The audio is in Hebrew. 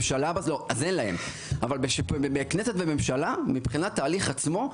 אבל בכנסת וממשלה, מבחינת ההליך עצמו,